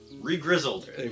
re-grizzled